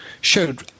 showed